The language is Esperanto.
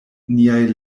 niaj